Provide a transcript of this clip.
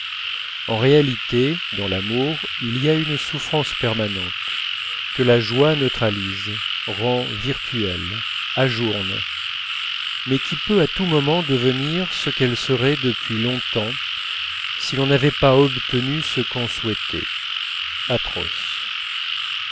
en réalité dans l'amour il y a une souffrance permanente que la joie neutralise rend virtuelle ajourne mais qui peut à tout moment devenir ce qu'elle serait depuis longtemps si l'on n'avait pas obtenu ce qu'on souhaitait atroce